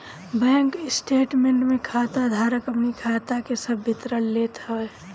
bank statement में खाता धारक अपनी खाता के सब विवरण लेत हवे